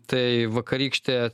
tai vakarykštė